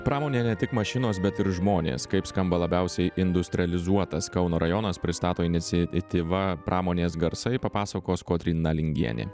pramonė ne tik mašinos bet ir žmonės kaip skamba labiausiai industrializuotas kauno rajonas pristato iniciatyva pramonės garsai papasakos kotryna lingienė